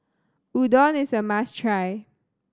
Udon is a must try